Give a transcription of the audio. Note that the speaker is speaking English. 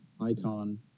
Icon